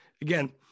again